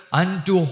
unto